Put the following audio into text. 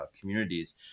communities